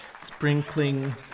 sprinkling